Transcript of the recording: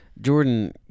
Jordan